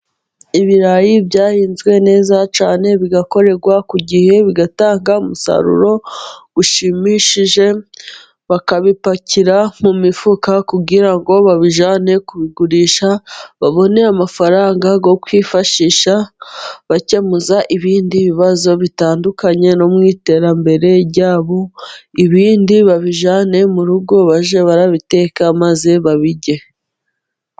Ibirayi byahinzwe neza cyane bigakorerwa ku gihe, bigatanga umusaruro ushimishije, bakabipakira mu mifuka kugira ngo babijyane kubigurisha, babone amafaranga yo kwifashisha bakemuza ibindi bibazo bitandukanye no mu iterambere ryabo, ibindi babijyane mu rugo bajye barabiteka maze babirye.